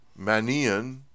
Manian